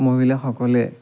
মহিলাসকলে